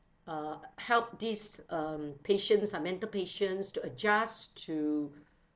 uh help these um patients uh mental patients to adjust to